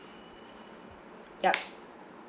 yup